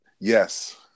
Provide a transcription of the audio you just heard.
Yes